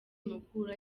mukura